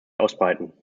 ausbreiten